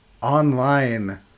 online